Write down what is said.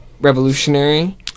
revolutionary